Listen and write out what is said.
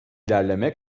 ilerleme